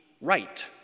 right